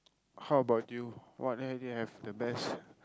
how about you what have you have the best